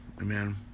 Amen